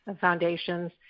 foundations